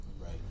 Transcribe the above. Right